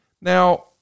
Now